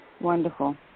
Wonderful